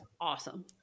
awesome